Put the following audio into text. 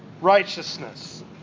righteousness